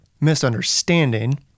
misunderstanding